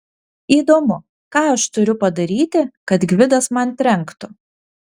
įdomu ką aš turiu padaryti kad gvidas man trenktų